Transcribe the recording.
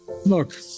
Look